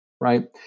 right